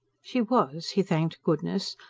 she was, he thanked goodness,